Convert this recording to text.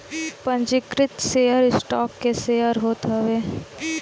पंजीकृत share stock के share होत हवे